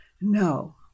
No